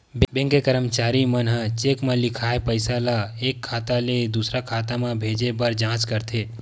bank के करमचारी मन ह चेक म लिखाए पइसा ल एक खाता ले दुसर खाता म भेजे बर जाँच करथे